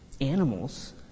animals